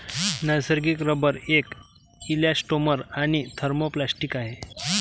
नैसर्गिक रबर एक इलॅस्टोमर आणि थर्मोप्लास्टिक आहे